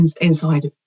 inside